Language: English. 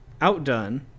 outdone